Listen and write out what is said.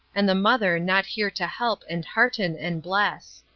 and the mother not here to help and hearten and bless.